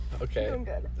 Okay